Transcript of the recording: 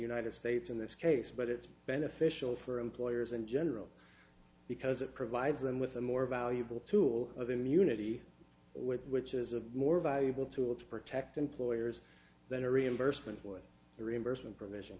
united states in this case but it's beneficial for employers in general because it provides them with a more valuable tool of immunity which is a more valuable tool to protect employers that are reimbursement for the reimbursement provision